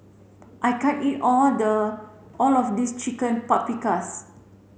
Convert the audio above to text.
I can't eat all the all of this Chicken Paprikas